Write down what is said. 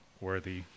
worthy